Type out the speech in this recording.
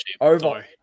Over